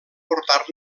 portar